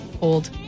old